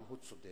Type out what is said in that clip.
אם הוא צודק,